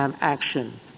action